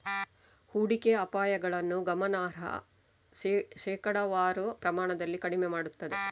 ಹೂಡಿಕೆ ಅಪಾಯಗಳನ್ನು ಗಮನಾರ್ಹ ಶೇಕಡಾವಾರು ಪ್ರಮಾಣದಲ್ಲಿ ಕಡಿಮೆ ಮಾಡುತ್ತದೆ